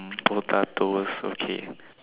potatoes okay